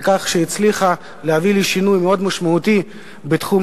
על כך שהצליחה להביא לשינוי מאוד משמעותי בתחום